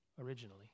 originally